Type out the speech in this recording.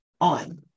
on